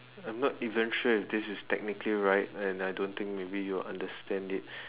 I'm not even sure if this is technically right and I don't think maybe you will understand it